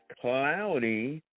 cloudy